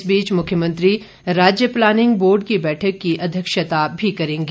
इस बीच मुख्यमंत्री राज्य प्लानिंग बोर्ड की बैठक की अध्यक्षता भी करेंगे